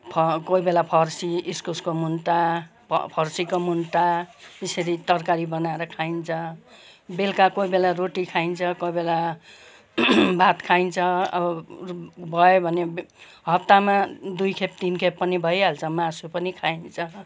फ कोही बेला फर्सी इस्कुसको मुन्टा फ फर्सीको मुन्टा यसरी तरकारी बनाएर खाइन्छ बेलुका कोही बेला रोटी खाइन्छ कोही बेला भात खाइन्छ अब भयो भने हप्तामा दुई खेप तिन खेप पनि भइहाल्छ मासु पनि खाइन्छ